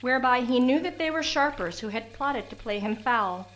whereby he knew that they were sharpers who had plotted to play him foul,